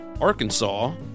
Arkansas